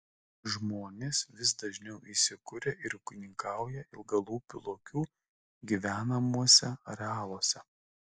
žmonės vis dažniau įsikuria ir ūkininkauja ilgalūpių lokių gyvenamuose arealuose